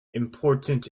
important